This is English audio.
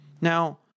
Now